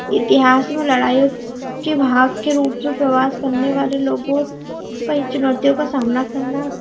इतिहास में लड़ाइयों के भाग के रूप में प्रवास करने वाले लोगों कई चुनौतियों का सामना करना